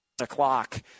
o'clock